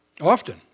Often